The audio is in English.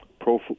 pro